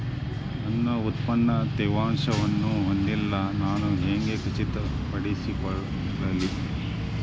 ನನ್ನ ಉತ್ಪನ್ನ ತೇವಾಂಶವನ್ನು ಹೊಂದಿಲ್ಲಾ ನಾನು ಹೆಂಗ್ ಖಚಿತಪಡಿಸಿಕೊಳ್ಳಲಿ?